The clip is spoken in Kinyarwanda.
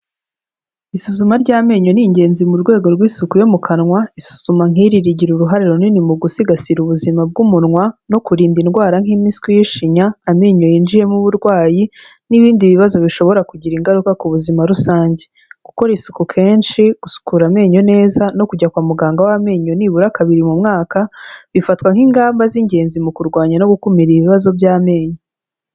Isuzuma ry'amenyo ni ingenzi mu rwego rw'isuku yo mu kanwa, isuzuma nk'iri rigira uruhare runini mu gusigasira ubuzima bw'umunwa, no kurinda indwara nk'impiswi y'ishinya, amenyo yinjiyemo uburwayi, n'ibindi bibazo bishobora kugira ingaruka ku buzima rusange, gukora isuku kenshi, gusukura amenyo neza, no kujya kwa muganga w'amenyo ni bura kabiri mu mwaka, bifatwa nk'ingamba z'ingenzi mu kurwanya no gukumira ibibazo by'amenyo.